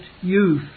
youth